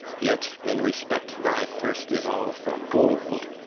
yet, in respect thy thirst is all for gold,